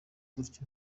gutyo